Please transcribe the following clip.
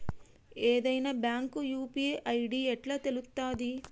ఏదైనా bank UPI ID ఎట్లా తెలుత్తది?